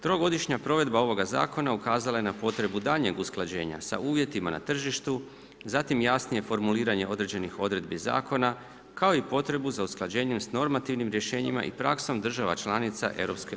Trogodišnja provedba ovoga zakona ukazala je na potrebu daljnjeg usklađenja sa uvjetima na tržištu, zatim jasnije formuliranje određenih odredbi zakona, kao i potrebu za usklađenjem s normativnim rješenjima i praksom država članica EU.